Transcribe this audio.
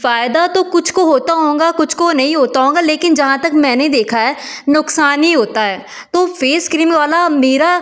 फायदा तो कुछ को होता होगा कुछ को नहीं होता होगा लेकिन जहाँ तक मैंने देखा है नुकसान ही होता है तो फेस क्रीम वाला मेरा